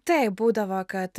taip būdavo kad